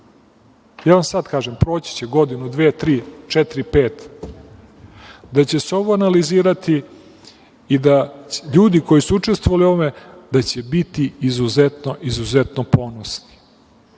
Ja vam sad kažem – proći će godinu, dve, tri, četiri, pet gde će se ovo analizirati i da ljudi koji su učestvovali u ovome da će biti izuzetno, izuzetno ponosni,